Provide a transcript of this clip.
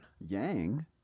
Yang